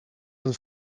een